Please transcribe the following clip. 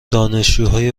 دانشجوهای